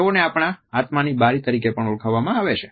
તેઓને આપણા આત્માની બારી તરીકે ઓળખવામાં આવે છે